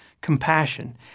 compassion